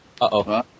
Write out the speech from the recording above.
Uh-oh